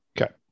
Okay